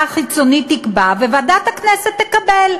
וועדת הכנסת תקבל.